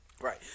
Right